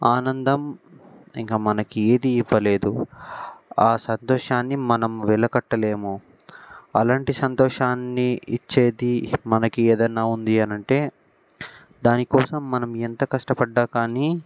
ఆనందం ఇంకా మనకి ఏది ఇవ్వలేదు ఆ సంతోషాన్ని మనం వెలకట్టలేము అలాంటి సంతోషాన్ని ఇచ్చేది మనకి ఏదైనా ఉంది అని అంటే దాని కోసం మనం ఎంత కష్టపడ్డా కానీ